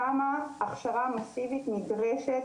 כמה הכשרה מאסיבית נדרשת